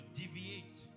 deviate